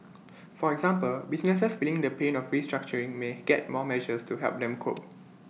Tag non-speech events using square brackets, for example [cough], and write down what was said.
[noise] for example businesses feeling the pain of restructuring may get more measures to help them cope